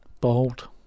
Bold